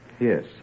Yes